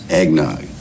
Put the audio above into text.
eggnog